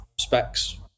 specs